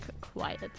Quiet